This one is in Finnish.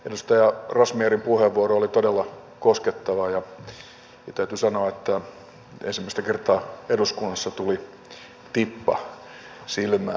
edustaja razmyarin puheenvuoro oli todella koskettava ja täytyy sanoa että ensimmäistä kertaa eduskunnassa tuli tippa silmään